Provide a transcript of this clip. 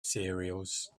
cereals